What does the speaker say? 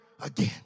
again